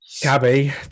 Cabby